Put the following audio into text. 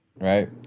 Right